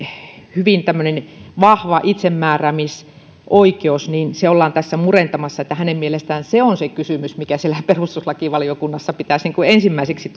hyvin vahva itsemääräämisoikeus ollaan tässä murentamassa on hänen mielestään se kysymys mikä siellä perustuslakivaliokunnassa pitäisi ensimmäiseksi